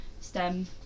STEM